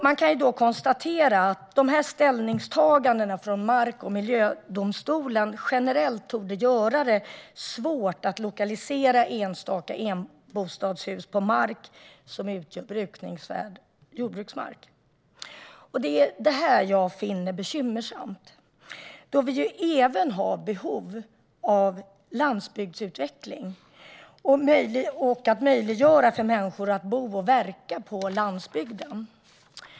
Man kan då konstatera att ställningstagandena från Mark och miljööverdomstolen generellt torde göra det svårt att lokalisera enstaka bostadshus på mark som utgör brukningsvärd jordbruksmark. Det är det här som jag finner bekymmersamt. Vi har även behov av landsbygdsutveckling och att möjliggöra för människor att bo och verka på landsbygden.